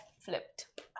flipped